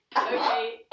Okay